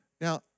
Now